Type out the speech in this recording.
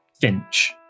Finch